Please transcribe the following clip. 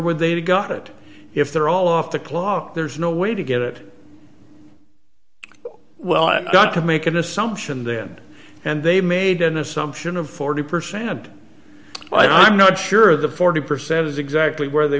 they got it if they're all off the clock there's no way to get it well i got to make an assumption then and they made an assumption of forty percent but i'm not sure of the forty percent is exactly where they